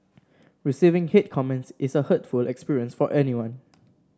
receiving hate comments is a hurtful experience for anyone